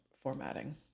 formatting